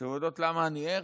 אתן יודעות למה אני ער?